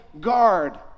guard